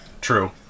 True